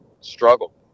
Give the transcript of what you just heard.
struggle